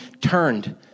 turned